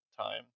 time